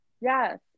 Yes